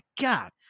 God